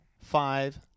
Five